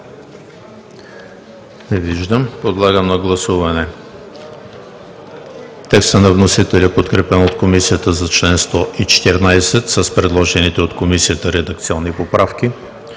Няма. Подлагам на гласуване текста на вносителя, подкрепен от Комисията за чл. 114, с предложените от Комисията редакционни поправки;